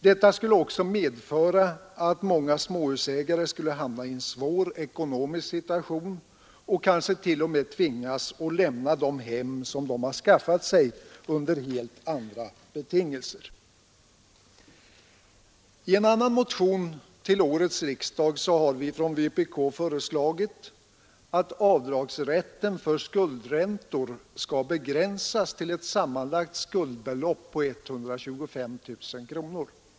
Detta skulle också medföra att många småhusägare skulle hamna i en svår ekonomisk situation och kanske t.o.m. tvingas lämna de hem som de har skaffat sig under helt andra betingelser. I en annan motion till årets riksdag har vi ifrån vpk föreslagit att avdragsrätten för skuldräntor skall begränsas till ett sammanlagt skuldbelopp på 125 000 kronor.